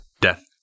death